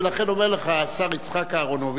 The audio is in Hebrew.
ולכן אומר לך השר יצחק אהרונוביץ,